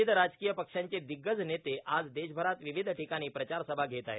विविध राजकीय पक्षांचे दिग्गज नेते आज देशभरात विविध ठिकाणी प्रचारसभा घेत आहेत